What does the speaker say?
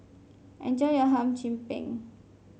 enjoy your Hum Chim Peng